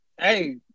hey